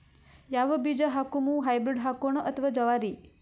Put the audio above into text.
ಯಾವ ಬೀಜ ಹಾಕುಮ, ಹೈಬ್ರಿಡ್ ಹಾಕೋಣ ಅಥವಾ ಜವಾರಿ?